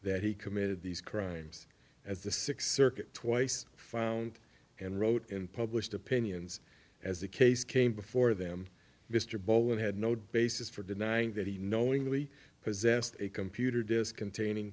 that he committed these crimes as the sixth circuit twice found and wrote and published opinions as the case came before them mr bowen had no basis for denying that he knowingly possessed a computer disk containing